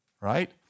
right